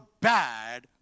bad